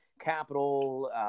capital